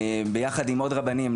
ביחד עם עוד רבנים,